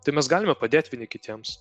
tai mes galime padėt vieni kitiems